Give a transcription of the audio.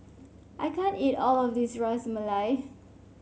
I can't eat all of this Ras Malai